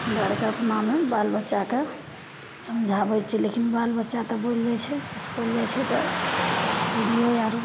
हमरा अरके अपनामे बाल बच्चाके समझाबय छियै लेकिन बाल बच्चा तऽ बोलि लै छै इसकुल जाइ छै तऽ हिन्दीओ आर